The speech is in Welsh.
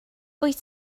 wyt